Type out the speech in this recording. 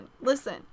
listen